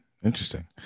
Interesting